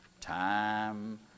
Time